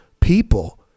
people